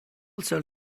cell